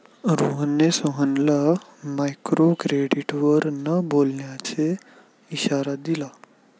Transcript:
रोहनने सोहनला मायक्रोक्रेडिटवर न बोलण्याचा इशारा दिला